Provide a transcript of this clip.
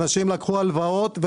אנשים לקחו הלוואות.